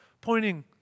pointing